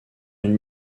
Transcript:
une